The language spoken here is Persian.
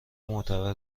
معتبر